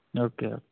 okay okay